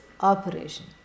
operation